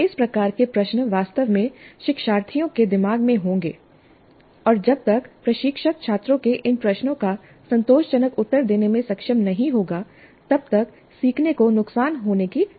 इस प्रकार के प्रश्न वास्तव में शिक्षार्थियों के दिमाग में होंगे और जब तक प्रशिक्षक छात्रों के इन प्रश्नों का संतोषजनक उत्तर देने में सक्षम नहीं होगा तब तक सीखने को नुकसान होने की संभावना है